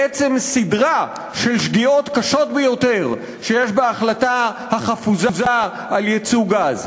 בעצם סדרה של שגיאות קשות ביותר שיש בהחלטה החפוזה על ייצוא גז.